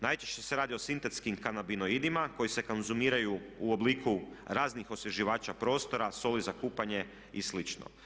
Najčešće se radi o sintetskim kanabionidima koji se konzumiraju u obliku raznih osvježivača prostora, soli za kupanje i slično.